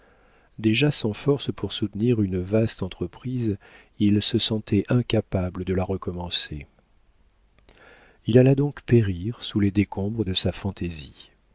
déjà sans force pour soutenir une si vaste entreprise il se sentait incapable de la recommencer il allait donc périr sous les décombres de sa fantaisie